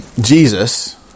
Jesus